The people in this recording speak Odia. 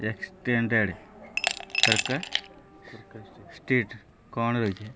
ଏକ୍ସଟେଣ୍ଡେଡ଼୍ କ'ଣ ରହିଛି